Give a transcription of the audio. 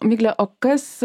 migle o kas